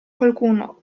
qualcuno